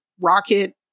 Rocket